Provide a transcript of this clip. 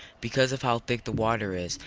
because of how thick the water is,